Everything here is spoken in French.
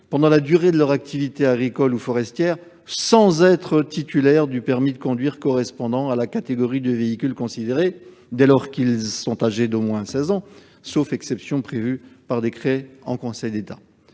pendant la durée de leur activité agricole ou forestière sans être titulaires du permis de conduire correspondant à la catégorie du véhicule considéré dès lors qu'ils sont âgés d'au moins seize ans, sauf exceptions prévues par décret en Conseil d'État